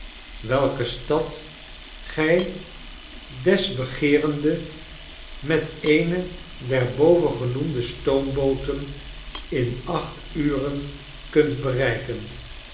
welke stad gij desbegeerende met eene der bo vengenoemde stoombooten in acht uren kunt bereiken